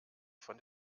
von